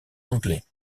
anglais